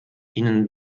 ihnen